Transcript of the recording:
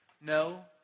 No